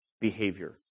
behavior